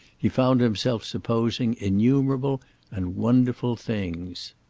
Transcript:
he found himself supposing innumerable and wonderful things.